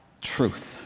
truth